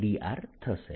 4πR2 થશે